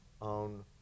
own